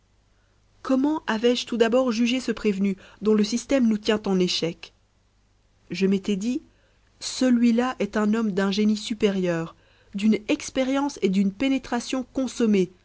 comment avais-je tout d'abord jugé ce prévenu dont le système nous tient en échec je m'étais dit celui-là est un homme d'un génie supérieur d'une expérience et d'une pénétration consommées